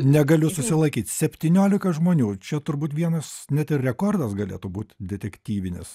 negaliu susilaikyt septyniolika žmonių čia turbūt vienas net ir rekordas galėtų būt detektyvinis